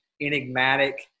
enigmatic